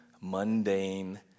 mundane